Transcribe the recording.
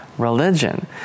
religion